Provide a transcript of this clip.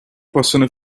possono